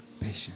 Patience